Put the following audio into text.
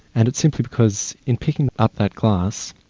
and it's simply because in picking up that glass,